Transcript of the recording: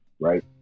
right